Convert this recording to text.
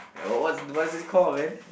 oh what what is it called man